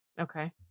Okay